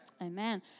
Amen